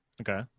Okay